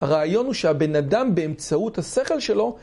הרעיון הוא שהבן אדם באמצעות השכל שלו